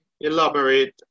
elaborate